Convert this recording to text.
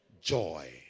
Joy